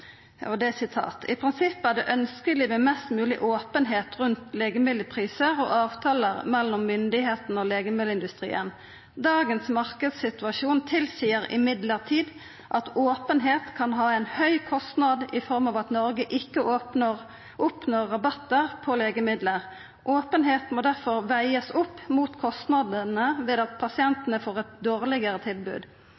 prinsippet er det ønskelig med mest mulig åpenhet rundt legemiddelpriser og avtaler mellom myndighetene og legemiddelindustrien. Dagens markedssituasjon tilsier imidlertid at åpenhet kan ha en høy kostnad i form av at Norge ikke oppnår rabatter på legemidler. Åpenhet må derfor veies opp mot kostnadene ved at